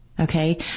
Okay